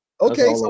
Okay